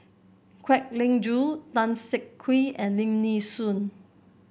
Kwek Leng Joo Tan Siak Kew and Lim Nee Soon